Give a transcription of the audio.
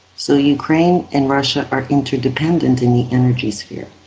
so ukraine and russia are interdependent in the energy sphere.